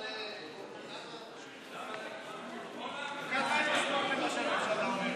משמעות למה שהממשלה אומרת.